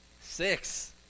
Six